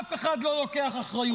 ואף אחד לא לוקח אחריות.